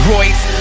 Royce